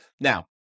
Now